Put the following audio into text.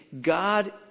God